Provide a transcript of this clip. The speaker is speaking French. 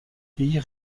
pays